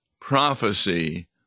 prophecy